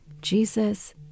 Jesus